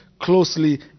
closely